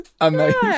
Amazing